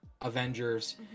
avengers